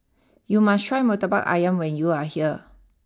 you must try Murtabak Ayam when you are here